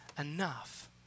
enough